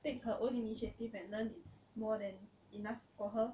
take her own initiative and learn it's more than enough for her